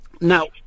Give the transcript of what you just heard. Now